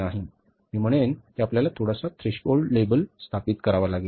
नाही मी म्हणेन की आपल्याला थोडासा थ्रेशोल्ड लेबल स्थापित करावा लागेल